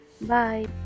bye